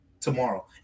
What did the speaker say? tomorrow